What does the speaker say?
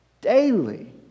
daily